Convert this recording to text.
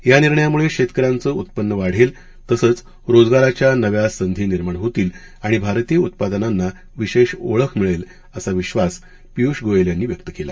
या निर्णयामुळे शेतकऱ्यांचं उत्पन्न वाढेल तसंच रोजगाराच्या नव्या संधी निर्माण होतील आणि भारतीय उत्पादनांना विशेष ओळख मिळेल असा विद्वास पियूष गोयल यांनी व्यक्त केला